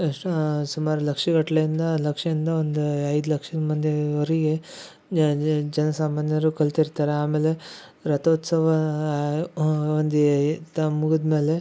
ಎಷ್ಟೋ ಸುಮಾರು ಲಕ್ಷಗಟ್ಲೆ ಇಂದ ಲಕ್ಷಯಿಂದ ಒಂದು ಐದು ಲಕ್ಷ ಮಂದಿವರಿಗೆ ಜನ ಸಾಮಾನ್ಯರು ಕಲ್ತಿರ್ತಾರೆ ಆಮೇಲೆ ರಥೋತ್ಸವ ಒಂದು ಯೆ ಮುಗದ್ ಮೇಲೆ